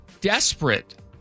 desperate